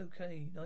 Okay